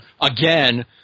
again